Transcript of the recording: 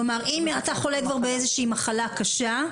כלומר אם אתה חולה כבר באיזו שהיא מחלה קשה,